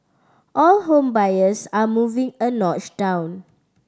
all home buyers are moving a notch down